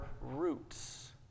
roots